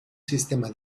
sistema